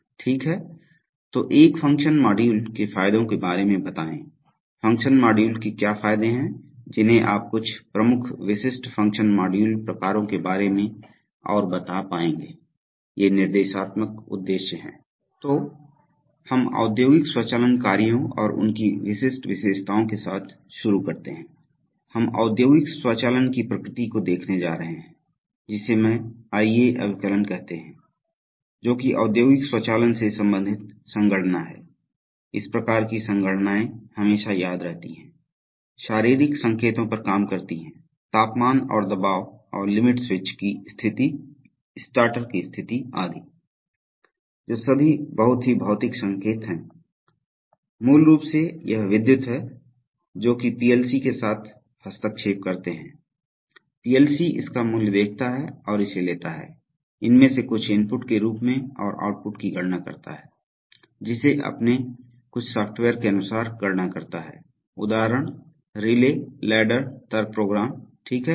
ठीक है तो एक फंक्शन मॉड्यूल के फायदों के बारे में बताएं फंक्शन मॉड्यूल के क्या फायदे हैं जिन्हें आप कुछ प्रमुख विशिष्ट फंक्शन मॉड्यूल प्रकारों के बारे में और बता पाएंगे ये निर्देशात्मक उद्देश्य हैं तो हम औद्योगिक स्वचालन कार्यों और उनकी विशिष्ट विशेषताओं के साथ शुरू करते हैं हम औद्योगिक स्वचालन की प्रकृति को देखने जा रहे हैं जिसे मैं IA अभिकलन कहते हैं जो कि औद्योगिक स्वचालन से संबंधित संगणना है इस प्रकार की संगणनाएं हमेशा याद रहती हैं शारीरिक संकेतों पर काम करती है तापमान और दबाव और लिमिट स्विच की स्थिति स्टार्टर की स्थिति आदि I जो सभी बहुत ही भौतिक संकेत हैं मूल रूप से यह विद्युत है जो कि पीएलसी के साथ हस्तक्षेप करते हैं पीएलसी इसका मूल्य देखता है और इसे लेता हैं इनमें से कुछ इनपुट के रूप में और आउटपुट की गणना करता हैं जिसे अपने कुछ सॉफ़्टवेयर के अनुसार गणना करता है उदाहरण रिले लैडर तर्क प्रोग्राम ठीक है